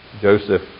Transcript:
Joseph